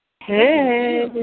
Hey